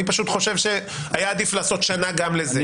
אני פשוט חושב שהיה עדיף לעשות שנה גם לזה.